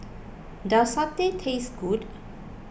does Satay taste good